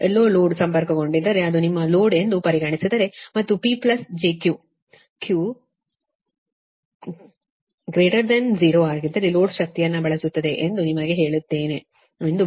ಎಲ್ಲೋ load ಸಂಪರ್ಕಗೊಂಡಿದ್ದರೆ ಇದು ನಿಮ್ಮ ಲೋಡ್ ಎಂದು ಪರಿಗಣಿಸಿದರೆ ಮತ್ತು ಅದು P j Q ಆಗಿದ್ದರೆ Q 0 ಆಗಿದ್ದರೆ ಲೋಡ್ ಶಕ್ತಿಯನ್ನು ಬಳಸುತ್ತದೆ ಎಂದು ನಿಮಗೆ ಹೇಳಿದ್ದೇನೆ ಎಂದು ಭಾವಿಸುತ್ತೇನೆ